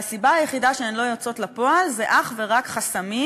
והסיבה היחידה שהן לא יוצאות לפועל היא אך ורק חסמים,